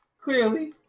Clearly